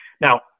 Now